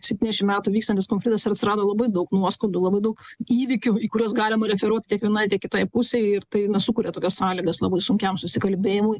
septyniasdešim metų vykstantis konfliktas ir atsirado labai daug nuoskaudų labai daug įvykių į kuriuos galima referuot tiek vienai tiek kitai pusei ir tai sukuria tokias sąlygas labai sunkiam susikalbėjimui